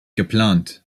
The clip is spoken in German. geplant